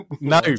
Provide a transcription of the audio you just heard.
no